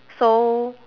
so